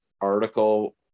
article